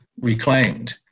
reclaimed